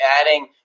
adding